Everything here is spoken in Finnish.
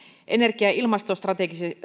energia ja ilmastostrategisessa